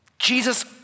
Jesus